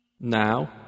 Now